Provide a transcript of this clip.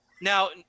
Now